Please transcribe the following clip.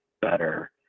better